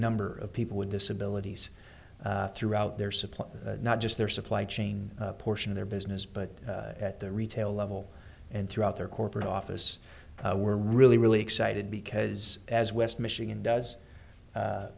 number of people with disabilities throughout their supply not just their supply chain portion of their business but at the retail level and throughout their corporate office we're really really excited because as west michigan does